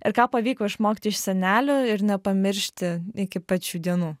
ir ką pavyko išmokti iš senelių ir nepamiršti iki pat šių dienų